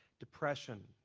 depression,